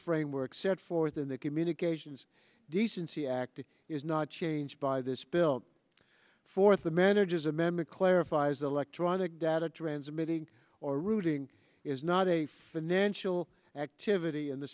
framework set forth in the communications decency act is not changed by this bill for the manager's amendment clarifies electronic data transmitting or routing is not a financial activity and the